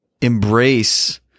embrace